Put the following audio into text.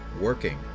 working